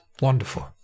wonderful